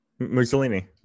Mussolini